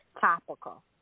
topical